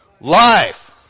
life